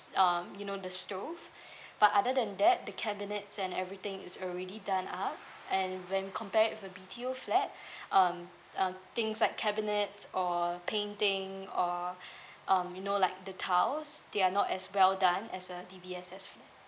um you know the stove but other than that the cabinets and everything is already done up and when compared with a B_T_O flat um uh things like cabinets or painting or um you know like the tiles they are not as well done as a D_B_S_S flat